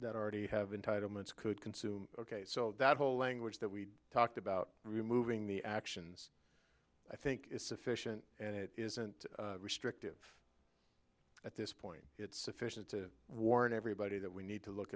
that already have in title months could consume ok so that whole language that we talked about removing the actions i think is sufficient and it isn't restrictive at this point it's sufficient to warn everybody that we need to look